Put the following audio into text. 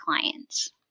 clients